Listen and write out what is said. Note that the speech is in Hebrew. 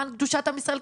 למען קדושת עם ישראל,